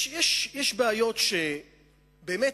יש בעיות שבאמת